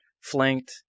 flanked